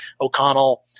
O'Connell